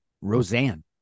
Roseanne